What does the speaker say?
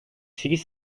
sekiz